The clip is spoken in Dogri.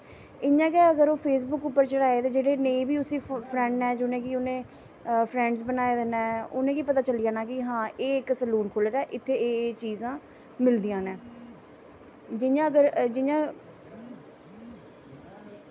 ते इ'यां गै अगर ओह् फेसबुक पर चढ़ाए दे जेह्ड़े नेईं बी फ्रैंड न जि'नें गी नेईं उ'नैं फ्रैंडस बनाए दे उ'नें गी पता चली जाना ऐ कि हां एह् इत्थै सैलून खु'ल्ले दा एह् एह् चीज़ां इत्थें मिलदियां न जि'यां अगर जि'यां